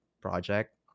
project